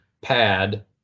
pad